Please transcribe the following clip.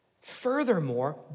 Furthermore